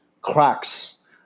cracks